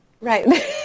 Right